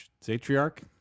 Zatriarch